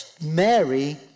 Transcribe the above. Mary